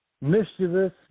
mischievous